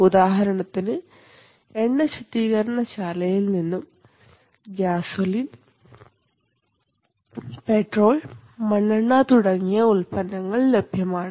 ഉദാഹരണത്തിന് എണ്ണശുദ്ധീകരണശാലയിൽ നിന്നും ഗ്യാസോലിൻ പെട്രോൾ മണ്ണെണ്ണ തുടങ്ങിയ ഉൽപ്പന്നങ്ങൾ ലഭ്യമാണ്